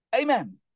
Amen